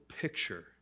picture